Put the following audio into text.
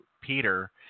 Peter